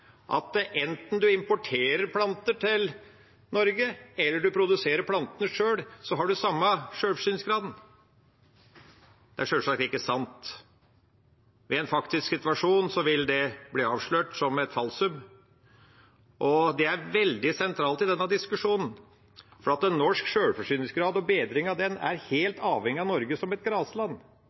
at enten en importerer planter til Norge eller produserer plantene sjøl, er sjølforsyningsgraden den samme. Det er sjølsagt ikke sant. Ved en faktisk situasjon vil det bli avslørt som et falsum. Dette er veldig sentralt i denne diskusjonen, for norsk sjølforsyningsgrad og bedring av den er helt avhengig av Norge som